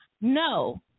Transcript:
No